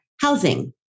housing